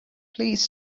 please